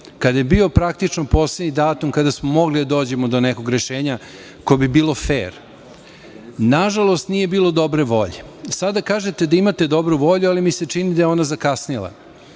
kada je bio praktično poslednji datum kada smo mogli da dođemo do nekog rešenja koje bi bilo fer? Nažalost, nije bilo dobre volje. Sada kažete da imate dobru volju, ali mi se čini da je ona zakasnela.